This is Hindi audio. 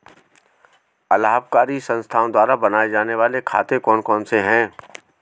अलाभकारी संस्थाओं द्वारा बनाए जाने वाले खाते कौन कौनसे हैं?